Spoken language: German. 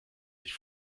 sich